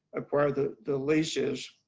acquire the the leases.